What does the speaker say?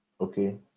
Okay